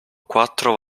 quattro